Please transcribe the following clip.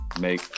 make